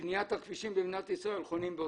פרויקט נמל תעופה רמון נמצא בשלבים האחרונים מאוד